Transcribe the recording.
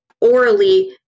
orally